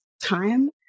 time